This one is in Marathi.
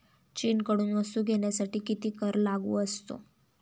चीनकडून वस्तू घेण्यासाठी किती कर लागू असतो?